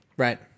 Right